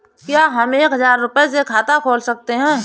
क्या हम एक हजार रुपये से खाता खोल सकते हैं?